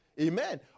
Amen